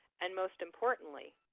and most importantly,